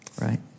Right